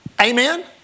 Amen